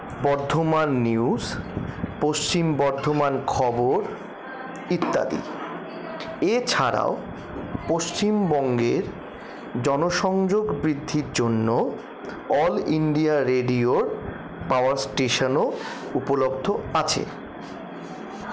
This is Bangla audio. বর্ধমান নিউজ পশ্চিম বর্ধমান খবর ইত্যাদি এছাড়াও পশ্চিমবঙ্গের জনসংযোগ বৃদ্ধির জন্য অল ইন্ডিয়া রেডিয়োর পাওয়ার স্টেশনও উপলব্ধ আছে